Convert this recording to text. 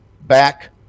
back